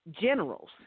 generals